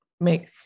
make